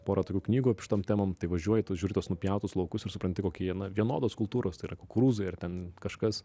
pora tokių knygų apie šitom temom tai važiuoju tuos žiūriu tuos nupjautus laukus ir supranti kokie jie na vienodos kultūros tai yra kukurūzai ar ten kažkas